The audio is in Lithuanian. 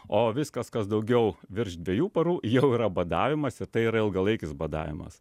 o viskas kas daugiau virš dviejų parų jau yra badavimas ir tai yra ilgalaikis badavimas